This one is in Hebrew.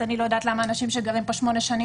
אני לא יודעת למה אנשים שגרים פה שמונה שנים